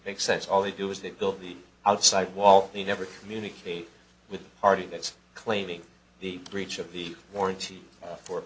make sense all they do is they build the outside wall you never communicate with a party that's claiming the breach of the warranty for